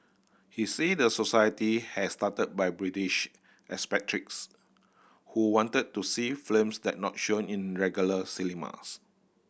he said the society has started by British expatriates who wanted to see films that not shown in regular cinemas